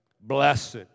Blessed